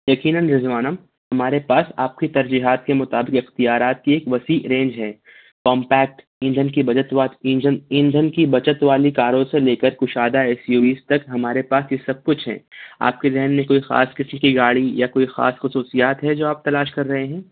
یقیناً رضوانہ ہمارے پاس آپ کی ترجیحات کے مطابق اختیارات کی ایک وسیع رینج ہے کومپیکٹ ایندھن کی بچت والی انجن ایندھن کی بچت والی کاروں سے لے کر کُشادہ یس یو ویز تک ہمارے پاس یہ سب کچھ ہیں آپ کے ذہن میں کوئی خاص قسم کی گاڑی یا کوئی خاص خصوصیات ہیں جو آپ تلاش کر رہے ہیں